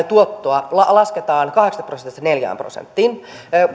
tuottoa lasketaan kahdeksasta prosentista neljään prosenttiin